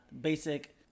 basic